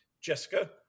Jessica